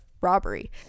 robbery